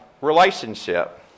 Relationship